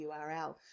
URL